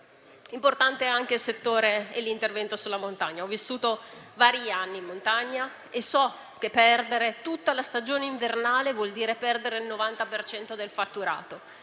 Importante è anche l'intervento sulla montagna. Ho vissuto vari anni in montagna e so che perdere tutta la stagione invernale vuol dire perdere il 90 del fatturato.